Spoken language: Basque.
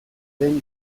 den